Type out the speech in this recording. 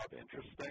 interesting